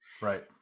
right